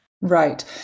Right